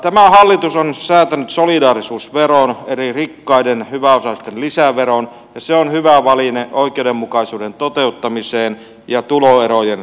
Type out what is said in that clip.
tämä hallitus on säätänyt solidaarisuusveron eli rikkaiden hyväosaisten lisäveron ja se on hyvä väline oikeudenmukaisuuden toteuttamiseen ja tuloerojen tasaamiseen